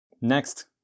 Next